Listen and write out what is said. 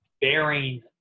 bearing